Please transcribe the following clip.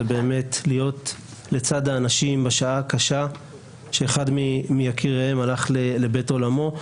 זה גם להיות לצד האנשים בשעה הקשה שאחד מיקיריהם הלך לבית עולמו.